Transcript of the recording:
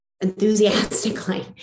enthusiastically